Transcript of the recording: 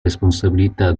responsabilità